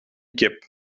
kip